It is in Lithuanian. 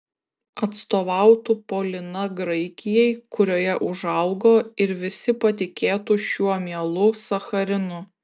atstovautų polina graikijai kurioje užaugo ir visi patikėtų šiuo mielu sacharinu